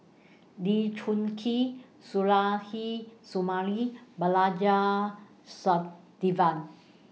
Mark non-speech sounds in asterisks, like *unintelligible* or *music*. Lee Choon Kee *unintelligible* Sumari and Balaji *unintelligible*